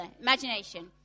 imagination